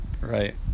Right